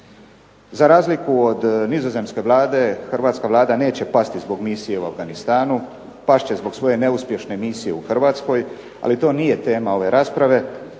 Za razliku od nizozemske Vlade hrvatska Vlada neće pasti zbog misije u Afganistanu. Past će zbog svoje neuspješne misije u Hrvatskoj, ali to nije tema ove rasprave.